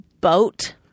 boat